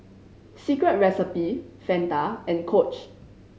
Secret Recipe Fanta and Coach